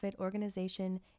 organization